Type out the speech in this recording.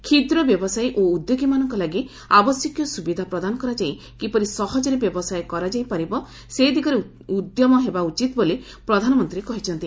କ୍ଷୁଦ୍ର ବ୍ୟବସାୟୀ ଓ ଉଦ୍ୟୋଗୀମାନଙ୍କ ଲାଗି ଆବଶ୍ୟକୀୟ ସୁବିଧା ପ୍ରଦାନ କରାଯାଇ କିପରି ସହଜରେ ବ୍ୟବସାୟ କରାଯାଇ ପାରିବ ସେ ଦିଗରେ ଉଦ୍ୟମ ହେବା ଉଚିତ ବୋଲି ପ୍ରଧାନମନ୍ତ୍ରୀ କହିଛନ୍ତି